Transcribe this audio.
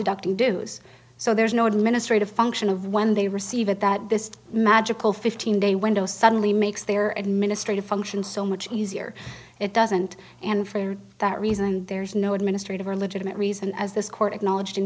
deducting dues so there's no administrative function of when they receive it that this magical fifteen day window suddenly makes their administrators function so much easier it doesn't and for that reason there is no administrative or legitimate reason as this court acknowledge